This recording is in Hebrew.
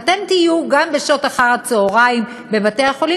ואתם תהיו גם בשעות אחר-הצהריים בבתי-החולים,